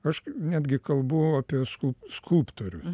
aš netgi kalbu apie skulp skulptorius